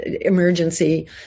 emergency